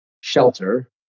shelter